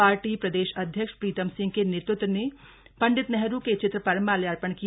party प्रदेश अध्यक्ष प्रीतम सिंह के नेतृत्व ने पंडित नेहरू के चित्र पर माल्यार्पण किया